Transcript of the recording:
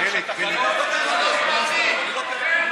עזוב, דודי, זה לא רציני.